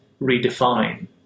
redefine